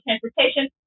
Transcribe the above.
transportation